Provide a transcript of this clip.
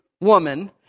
woman